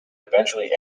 eventually